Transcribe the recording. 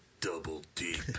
double-deep